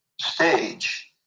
stage